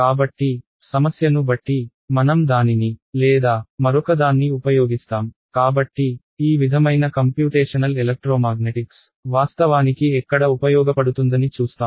కాబట్టి సమస్యను బట్టి మనం దానిని లేదా మరొకదాన్ని ఉపయోగిస్తాం కాబట్టి ఈ విధమైన కంప్యూటేషనల్ ఎలక్ట్రోమాగ్నెటిక్స్ వాస్తవానికి ఎక్కడ ఉపయోగపడుతుందని చూస్తాము